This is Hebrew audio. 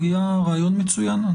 רעיון מצוין.